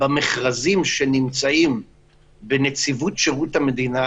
במכרזים של נציבות שירות המדינה,